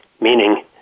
meaning